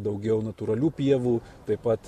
daugiau natūralių pievų taip pat